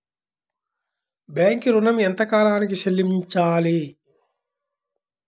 Bank ఋణం ఎంత కాలానికి చెల్లింపాలి?